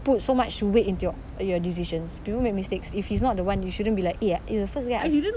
put so much weight into your your decisions people make mistakes if he's not the one you shouldn't be like eh he's the first guy I asked